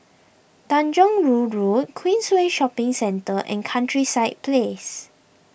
Tanjong Rhu Road Queensway Shopping Centre and Countryside Place